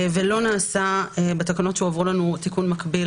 ולא נעשה בתקנות שהועברו אלינו תיקון מקביל